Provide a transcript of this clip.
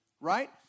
Right